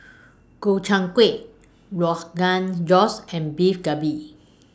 Gobchang Gui Rogan Josh and Beef Galbin